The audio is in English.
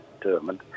determined